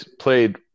played